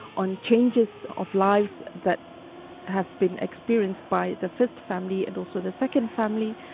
on changes of lives that have been experienced by the first family and also the second family,